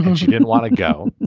and she didn't want to go